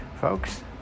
Folks